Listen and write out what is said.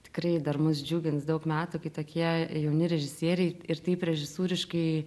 tikrai dar mus džiugins daug metų kai tokie jauni režisieriai ir taip režisūriškai